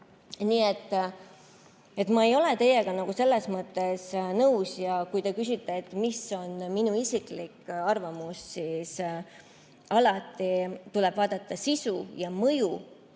Nii et ma ei ole teiega selles mõttes nõus. Kui te küsite, mis on minu isiklik arvamus, siis ütlen, et alati tuleb vaadata sisu ja mõju.